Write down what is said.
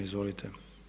Izvolite.